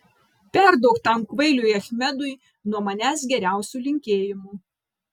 perduok tam kvailiui achmedui nuo manęs geriausių linkėjimų